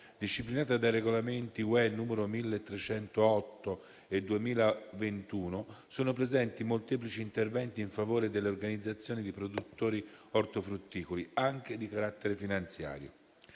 disciplinata dai regolamenti UE/1308 e UE/2021, sono presenti molteplici interventi in favore delle organizzazioni di produttori ortofrutticoli anche di carattere finanziario.